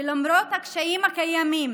ולמרות הקשיים הקיימים